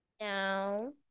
No